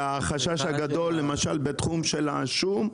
והחשש הגדול למשל בתחום של השום,